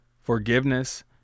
forgiveness